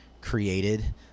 created